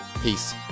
Peace